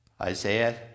Isaiah